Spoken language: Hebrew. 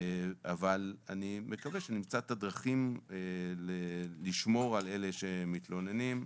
אבל אני מקווה שנמצא את הדרכים לשמור על אלה שמתלוננים,